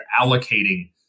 allocating